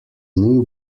new